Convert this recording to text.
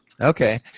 Okay